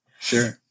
Sure